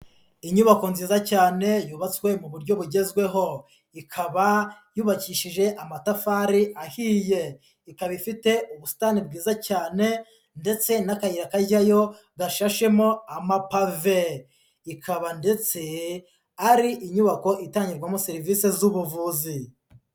Inyubako nziza cyane yubatswe mu buryo bugezweho, ikaba yubakishije amatafari ahiye, ikaba ifite ubusitani bwiza cyane ndetse n'akayira kajyayo gashashemo amapave, ikaba ndetse ari inyubako itangirwamo serivisi z'ubuvuzi.